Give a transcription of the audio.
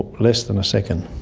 less than a second.